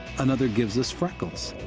another gives us freckles.